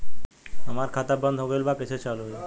हमार खाता बंद हो गईल बा कैसे चालू होई?